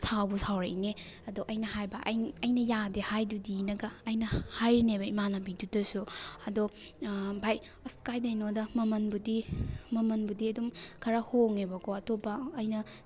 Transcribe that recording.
ꯁꯥꯎꯕꯨ ꯁꯥꯎꯔꯛꯏꯅꯦ ꯑꯗꯣ ꯑꯩꯅ ꯍꯥꯏꯕ ꯑꯩ ꯑꯩꯅ ꯌꯥꯗꯦ ꯍꯥꯏꯗꯨꯗꯤꯅꯒ ꯑꯩꯅ ꯍꯥꯏꯔꯤꯅꯦꯕ ꯏꯃꯥꯟꯅꯕꯤꯗꯨꯗꯁꯨ ꯑꯗꯨ ꯚꯥꯏ ꯑꯁ ꯀꯥꯏꯗꯩꯅꯣꯗ ꯃꯃꯜꯕꯨꯗꯤ ꯃꯃꯜꯕꯨꯗꯤ ꯑꯗꯨꯝ ꯈꯔ ꯍꯣꯡꯉꯦꯕꯀꯣ ꯑꯇꯣꯞꯄ ꯑꯩꯅ